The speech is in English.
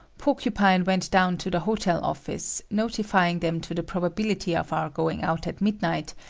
porcupine went down to the hotel office, notifying them to the probability of our going out at midnight,